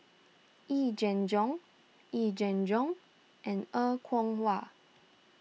Yee Jenn Jong Yee Jenn Jong and Er Kwong Wah